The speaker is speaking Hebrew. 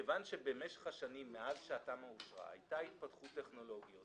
מכיוון שבמשך השנים מאז שהתמ"א אושרה הייתה התפתחות טכנולוגית,